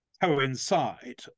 coincide